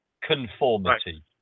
conformity